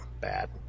bad